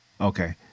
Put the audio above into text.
Okay